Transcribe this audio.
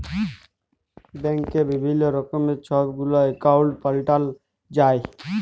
ব্যাংকে বিভিল্ল্য রকমের ছব গুলা একাউল্ট পাল্টাল যায়